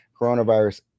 coronavirus